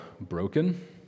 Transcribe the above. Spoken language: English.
broken